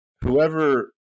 whoever